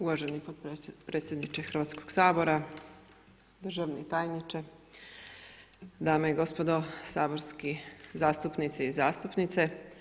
Uvaženi potpredsjedniče Hrvatskog sabora, državni tajniče, dame i gospodo saborski zastupnici i zastupnice.